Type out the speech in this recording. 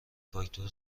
فاکتور